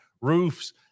roofs